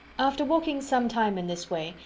after walking some time in this way,